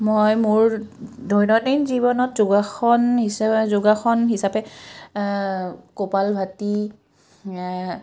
মই মোৰ দৈনন্দিন জীৱনত যোগাসন হিচাপে যোগাসন হিচাপে কপাল ভাটী